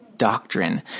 doctrine